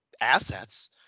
assets